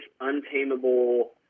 untamable